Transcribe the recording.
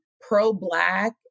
pro-Black